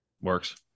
Works